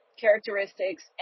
characteristics